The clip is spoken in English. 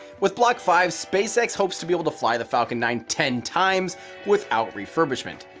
with block five spacex hopes to be able to fly the falcon nine ten times without refurbishment.